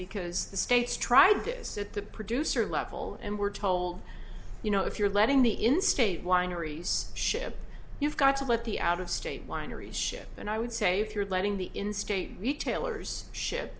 because the states tried this at the producer level and we're told you know if you're letting the in state wineries ship you've got to let the out of state wineries ship and i would say if you're letting the in state retailers shi